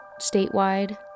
statewide